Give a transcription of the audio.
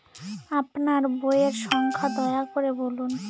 আপনার বইয়ের সংখ্যা দয়া করে বলুন?